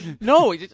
no